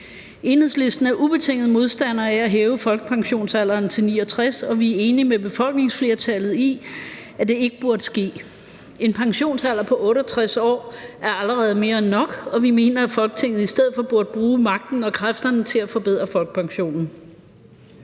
Enhedslisten er ubetinget modstander af at hæve folkepensionsalderen til 69 år, og vi er enige med befolkningsflertallet i, at det ikke burde ske. En pensionsalder på 68 år er allerede mere end nok, og vi mener, at Folketinget i stedet for burde bruge magten og kræfterne til at forbedre folkepensionen.